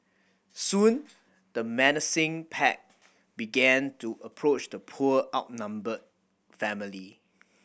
soon the menacing pack began to approach the poor outnumbered family